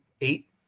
eight